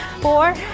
Four